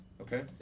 Okay